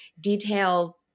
detail